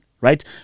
right